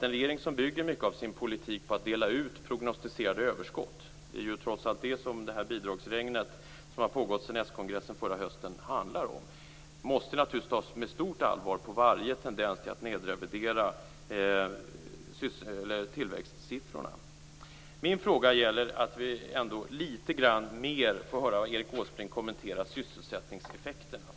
En regering som bygger mycket av sin politik på att dela ut prognosticerade överskott - det är ju trots allt det som det bidragsregn som har pågått sedan skongressen förra hösten handlar om - måste naturligtvis ta varje tendens till att tillväxtsiffrorna nedrevideras med stort allvar. Jag skulle litet mer vilja höra Erik Åsbrink kommentera sysselsättningseffekterna.